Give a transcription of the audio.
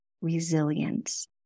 resilience